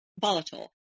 volatile